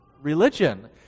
religion